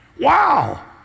Wow